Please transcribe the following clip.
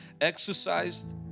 exercised